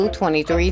23